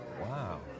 Wow